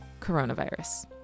Coronavirus